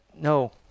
no